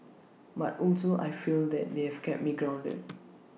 but also I feel that they have kept me grounded